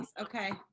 okay